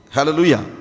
Hallelujah